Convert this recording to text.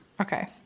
Okay